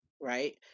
right